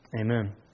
Amen